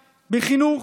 בחינוך,